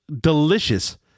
delicious